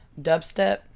dubstep